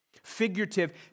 figurative